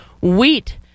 Wheat